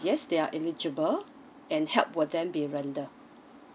yes they are eligible and help will then be rendered